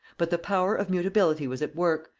but the power of mutability was at work,